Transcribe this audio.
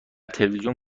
تلویزیون